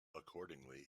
accordingly